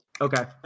Okay